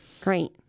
great